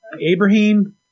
Abraham